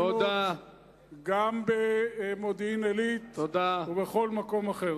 גם במודיעין-עילית ובכל מקום אחר.